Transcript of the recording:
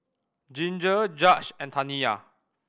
Ginger Judge and Taniya